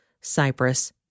Cyprus